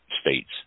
states